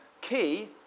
Key